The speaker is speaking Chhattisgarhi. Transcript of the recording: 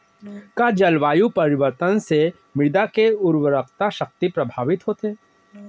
का जलवायु परिवर्तन से मृदा के उर्वरकता शक्ति प्रभावित होथे?